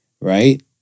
right